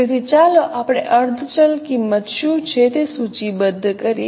તેથી ચાલો આપણે અર્ધ ચલ કિંમત શું છે તે સૂચિબદ્ધ કરીએ